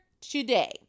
today